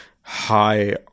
high